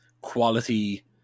quality